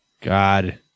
God